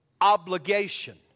obligation